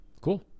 cool